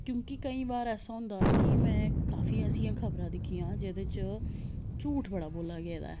क्योंकि केईं बार ऐसा होंदा की में काफी ऐसियां खबरां दिक्खियां जेह्दे च झूठ बड़ा बोला गेदा ऐ